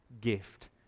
gift